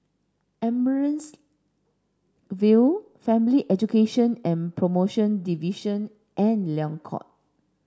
Amaryllis Ville Family Education and Promotion Division and Liang Court